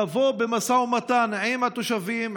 ולבוא במשא ומתן עם התושבים,